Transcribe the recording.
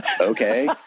Okay